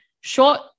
short